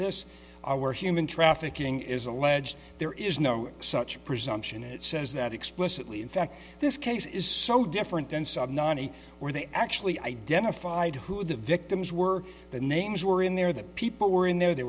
this are were human trafficking is alleged there is no such presumption it says that explicitly in fact this case is so different than some nonny where they actually identified who the victims were the names were in there that people were in there they